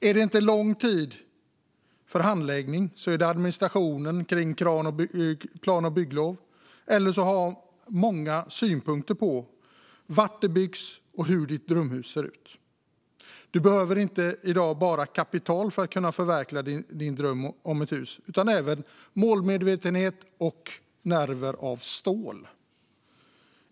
Är det inte den långa tiden för handläggning så är det administrationen kring plan och bygglov, eller så är det många som har synpunkter på var det byggs och hur ditt drömhus ser ut. Du behöver i dag inte bara kapital för att kunna förverkliga din dröm om ett hus utan även målmedvetenhet och nerver av stål.